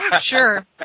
sure